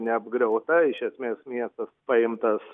neapgriauta iš esmės miestas paimtas